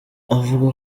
avuga